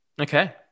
Okay